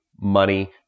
money